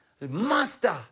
Master